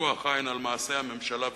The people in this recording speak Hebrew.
לפקוח עין על מעשי הממשלה ושלוחיה: